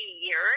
years